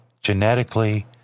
genetically